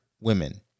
women